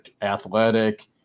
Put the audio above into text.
athletic